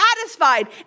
satisfied